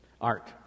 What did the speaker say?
Art